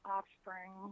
Offspring